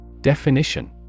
Definition